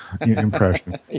Impression